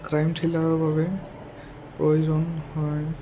crime থ্ৰীলাৰৰ বাবে প্ৰয়োজন হয়